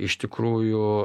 iš tikrųjų